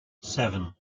seven